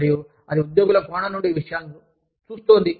మరియు అది ఉద్యోగుల కోణం నుండి విషయాలను చూస్తోంది